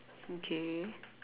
okay